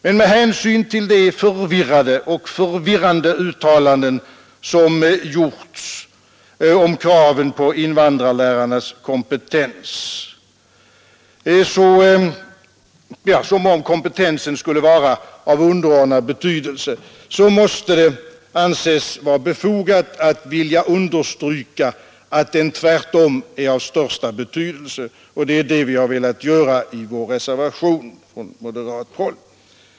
Men med hänsyn till de förvirrade och förvirrande uttalanden som gjorts om kraven på invandrarlärarnas kompetens — som om kompetensen skulle vara av underordnad betydelse — måste det anses vara befogat att vilja understryka att den tvärtom är av största betydelse, och det är det vi har velat framhålla i reservationen från moderat håll.